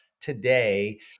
today